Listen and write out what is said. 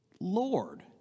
Lord